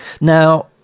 Now